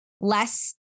less